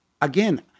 Again